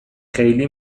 خیلی